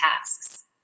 tasks